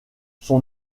son